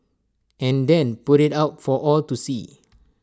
and then put IT out for all to see